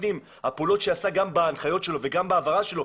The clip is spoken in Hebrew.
הפעולות שעשה משרד הפנים בהנחיות שלו וגם בהבהרה שלו,